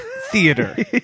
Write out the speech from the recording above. Theater